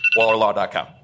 Wallerlaw.com